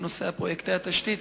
לנושא פרויקטי התשתית.